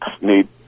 need